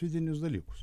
vidinius dalykus